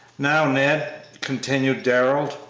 now, ned, continued darrell,